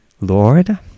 Lord